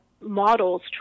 models